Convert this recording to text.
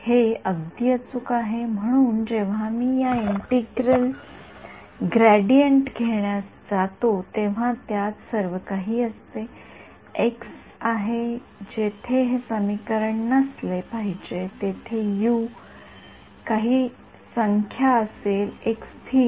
हे अगदी अचूक आहे म्हणून जेव्हा मी या ग्रेडियंट घेण्यास जातो तेव्हा त्यात सर्वकाही असते एक्सआहे जेथे हे समीकरण नसले पाहिजे जेथे काही काही संख्या असेल एक स्थिर